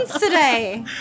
today